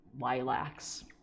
lilacs